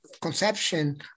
conception